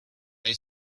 they